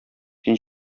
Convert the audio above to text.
син